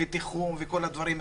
תיחום וכל הדברים האלה,